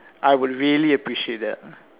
I would really appreciate that